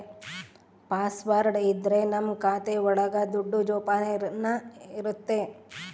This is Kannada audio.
ಪಾಸ್ವರ್ಡ್ ಇದ್ರೆ ನಮ್ ಖಾತೆ ಒಳಗ ದುಡ್ಡು ಜೋಪಾನ ಇರುತ್ತೆ